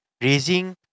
raising